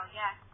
yes